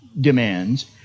demands